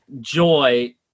joy